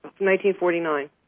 1949